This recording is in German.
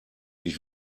ich